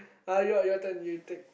ah your your turn you take